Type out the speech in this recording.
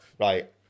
Right